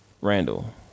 Randall